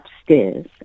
upstairs